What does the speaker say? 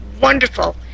wonderful